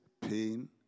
pain